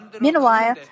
Meanwhile